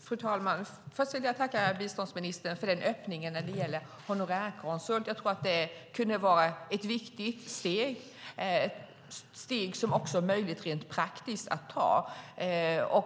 Fru talman! Först vill jag tacka biståndsministern för öppningen när det gäller en honorärkonsul. Jag tror att det skulle kunna vara ett viktigt steg som är möjligt rent praktiskt att ta.